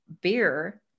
beer